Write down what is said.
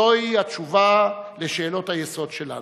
זוהי התשובה על שאלות היסוד שלנו,